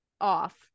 off